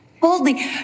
boldly